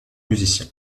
musicien